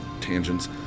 tangents